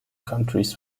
countries